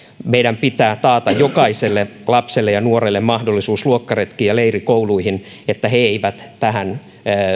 meidän pitää taata jokaiselle lapselle ja nuorelle mahdollisuus luokkaretkiin ja leirikouluihin jos he eivät tähän